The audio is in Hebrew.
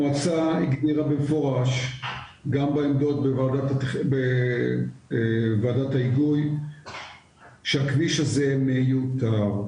המועצה הגדירה במפורש גם בעמדות בוועדת ההיגוי שהכביש הזה מיותר.